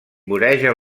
voreja